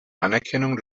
anerkennung